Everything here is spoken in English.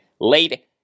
late